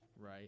right